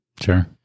Sure